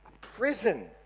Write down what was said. prison